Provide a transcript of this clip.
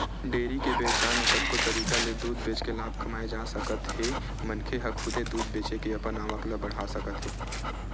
dairy के बेवसाय म कतको तरीका ले दूद बेचके लाभ कमाए जा सकत हे मनखे ह खुदे दूद बेचे के अपन आवक ल बड़हा सकत हे